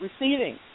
receding